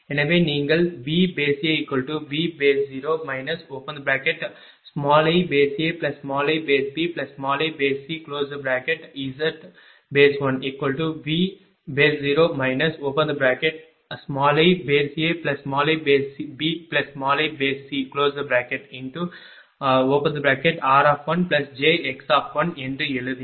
எனவே நீங்கள் VAVO iAiBiCZ1VO iAiBiCr1jx1 என்று எழுதினால்